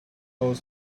was